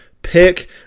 pick